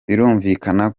birumvikana